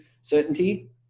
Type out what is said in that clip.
certainty